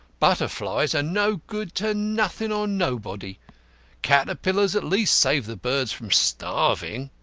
butterflies are no good to nothing or nobody caterpillars at least save the birds from starving.